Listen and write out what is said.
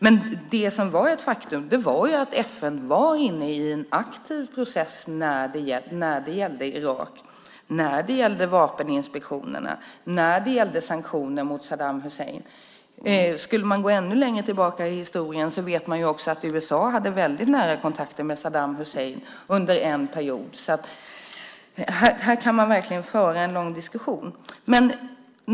Men det är ett faktum att FN var inne i en aktiv process när det gäller Irak, vapeninspektionerna och sanktioner mot Saddam Hussein. Går vi ännu längre tillbaka i historien vet vi att USA hade väldigt nära kontakter med Saddam Hussein under en period. Här kan man verkligen föra en lång diskussion.